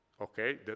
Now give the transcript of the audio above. Okay